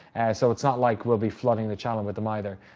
so it's not like we'll be flooding the channel with them, either.